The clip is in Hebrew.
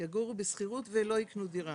יגורו בשכירות ולא יקנו דירה.